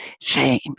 shame